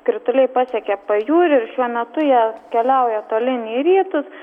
krituliai pasiekė pajūrį ir šiuo metu jie keliauja tolyn į rytus